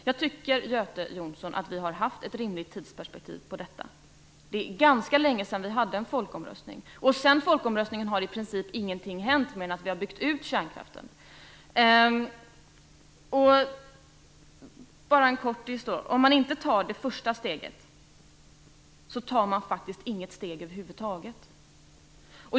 Jag tycker att vi har haft ett rimligt tidsperspektiv på detta, Göte Jonsson. Det är ganska länge sedan vi hade en folkomröstning. Sedan folkomröstningen har i princip ingenting hänt mer än att vi har byggt ut kärnkraften. Om man inte tar det första steget, tar man inget steg över huvud taget.